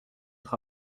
nous